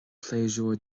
pléisiúr